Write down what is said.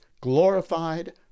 glorified